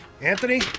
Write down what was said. anthony